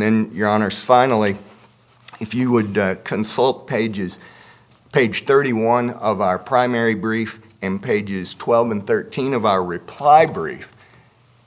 then your honour's finally if you would consult pages page thirty one of our primary brief in pages twelve and thirteen of our reply brief